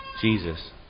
Jesus